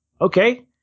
okay